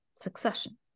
succession